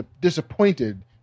disappointed